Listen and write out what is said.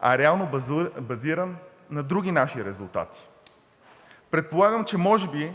а реално базиран на други наши резултати. Предполагам, че може би